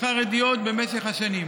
חרדיות במשך השנים.